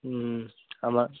हमा